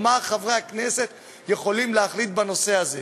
או מה חברי הכנסת יכולים להחליט בנושא הזה.